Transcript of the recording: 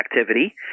activity